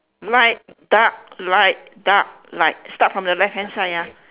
light dark light dark light start from the left hand side ah